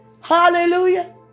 Hallelujah